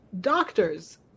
doctors